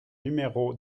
numéro